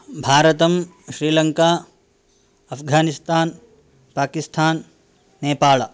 भारतं श्रीलङ्का अफ्घानिस्तान् पाकिस्तान् नेपाल्